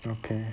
okay